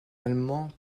allemand